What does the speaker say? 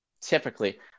typically